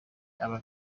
aba